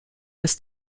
ist